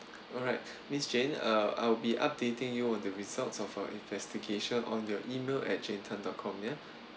alright miss jane uh I'll be updating you on the results of our investigation on your email at jane tan dot com yeah